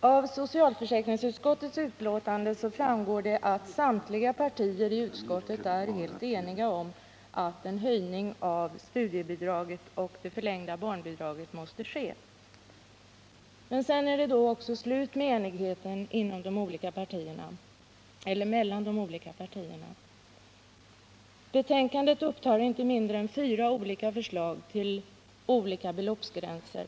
Av socialförsäkringsutskottets betänkande nr 13 framgår att samtliga partier i utskottet är helt eniga om att studiebidraget och det förlängda barnbidraget måste höjas. Men sedan är det slut med enigheten mellan partierna. Betänkandet upptar inte mindre än fyra olika förslag till beloppsgränser.